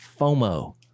FOMO